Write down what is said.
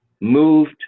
moved